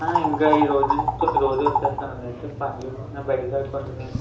ఆ ఇంక ఈ రోజు నుంచి రోజు వచ్చేస్తాను అంటే పనులు ఉన్నాయి బయట కొన్ని